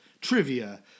Trivia